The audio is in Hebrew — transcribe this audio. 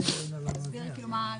תסביר למה התכוונתם.